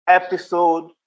episode